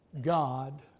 god